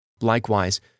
Likewise